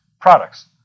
products